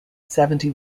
seventy